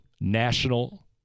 national